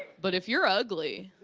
but if you are ugly,